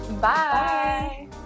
Bye